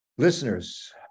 Listeners